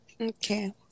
Okay